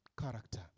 character